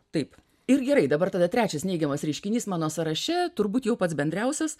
taip ir gerai dabar tada trečias neigiamas reiškinys mano sąraše turbūt jau pats bendriausias